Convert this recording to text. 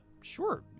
Sure